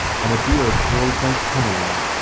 and a beard curled right cunningly,